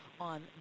On